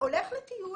הולך לטיול.